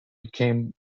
became